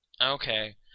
Okay